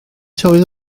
tywydd